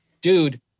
dude